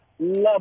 Love